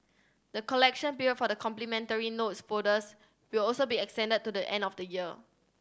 the collection period for the complimentary notes folders will also be extended to the end of the year